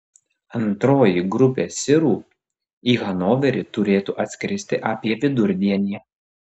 antroji grupė sirų į hanoverį turėtų atskristi apie vidurdienį